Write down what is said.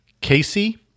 casey